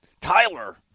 Tyler